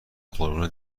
قربون